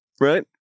right